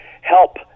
help